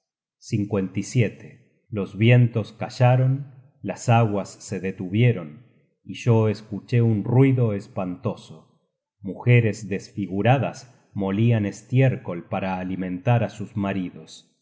search generated at los vientos callaron las aguas se detuvieron y yo escuché un ruido espantoso mujeres desfiguradas molian estiércol para alimentar á sus maridos